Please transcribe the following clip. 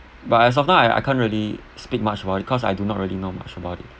but as of now I I can't really speak much about it cause I do not really know much about it